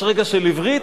יש רגע של עברית,